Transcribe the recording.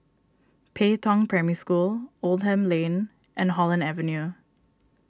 Pei Tong Primary School Oldham Lane and Holland Avenue